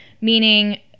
Meaning